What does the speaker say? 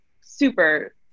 super